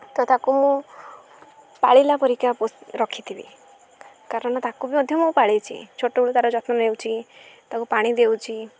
ତ ତାକୁ ମୁଁ ପାଳିଲା ପରିକା ରଖିଥିବି କାରଣ ତାକୁ ବି ମଧ୍ୟ ମୁଁ ପାଳିଛି ଛୋଟବେଳୁ ତା'ର ଯତ୍ନ ନେଉଛିି ତାକୁ ପାଣି ଦେଉଛି